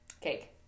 cake